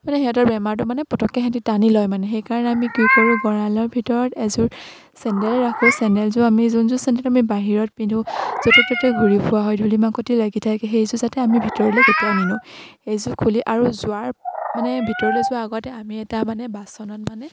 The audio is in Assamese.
মানে সিহঁতৰ বেমাৰটো মানে পটককে সিহঁতি টানি লয় মানে সেইকাৰণে আমি কি কৰোঁ গঁড়ালৰ ভিতৰত এযোৰ চেণ্ডেল ৰাখোঁ চেণ্ডেলযোৰ আমি যোনযোৰ চেণ্ডেল আমি বাহিৰত পিন্ধো য'তে ত'তে ঘূৰি ফুৰা হয় ধূলি মাকতি লাগি থাকে সেইযোৰ যাতে আমি ভিতৰলে কেতিয়াও নিনো সেইযোৰ খুলি আৰু যোৱাৰ মানে ভিতৰলে যোৱাৰ আগতে আমি এটা মানে বাচনত মানে